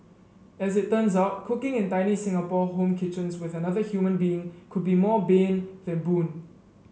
as it turns out cooking in tiny Singapore home kitchens with another human being could be more bane than boon